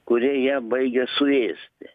kurie ją baigia suėsti